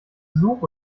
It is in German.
versuch